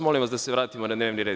Molim vas da se vratimo na dnevni red.